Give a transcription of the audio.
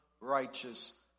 righteous